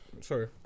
Sorry